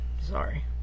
sorry